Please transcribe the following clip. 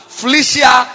felicia